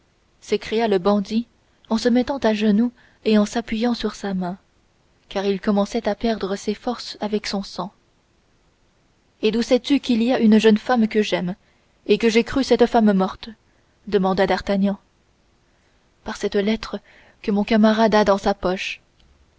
s'écria le bandit en se mettant à genoux et s'appuyant sur sa main car il commençait à perdre ses forces avec son sang et d'où sais-tu qu'il y a une jeune femme que j'aime et que j'ai cru cette femme morte demanda d'artagnan par cette lettre que mon camarade a dans sa poche